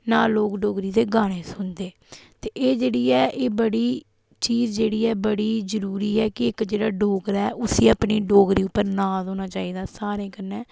ना लोग डोगरी दे गानें सुनदे ते एह् जेह्ड़ी ऐ एह् बड़ी चीज जेह्ड़ी ऐ बड़ी जरूरी ऐ के इक जेह्ड़ा डोगरा ऐ उसी अपनी डोगरी उप्पर नाज़ होना चाहिदा सारें कन्नै